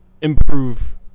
improve